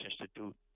Institute